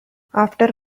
after